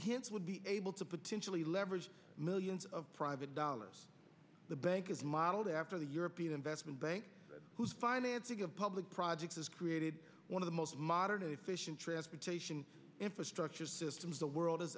hints would be able to potentially leverage millions of private dollars the bank is modeled after the european investment bank whose financing of public projects has created one of the most modern and efficient transportation infrastructure systems the world